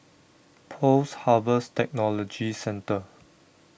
Post Harvest Technology Centre